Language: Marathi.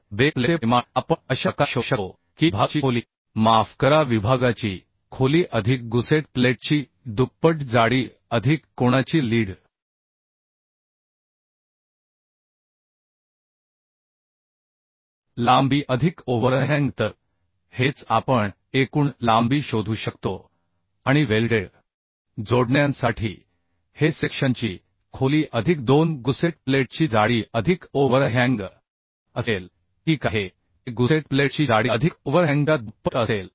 तर बेस प्लेटचे परिमाण आपण अशा प्रकारे शोधू शकतो की विभागाची खोली माफ करा विभागाची खोली अधिक गुसेट प्लेटची दुप्पट जाडी अधिक कोणाची लीड लांबी अधिक ओव्हरहॅंग तर हेच आपण एकूण लांबी शोधू शकतो आणि वेल्डेड जोडण्यांसाठी हे सेक्शनची खोली अधिक 2 गुसेट प्लेटची जाडी अधिक ओव्हरहॅंग असेल ठीक आहे ते गुसेट प्लेटची जाडी अधिक ओव्हरहॅंगच्या दुप्पट असेल